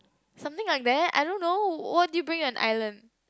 something like that I don't know what do you bring on island